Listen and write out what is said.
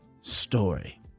story